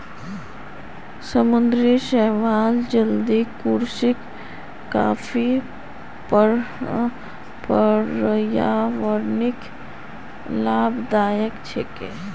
समुद्री शैवाल जलीय कृषिर काफी पर्यावरणीय लाभदायक छिके